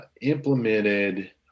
implemented